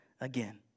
again